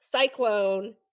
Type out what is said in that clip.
cyclone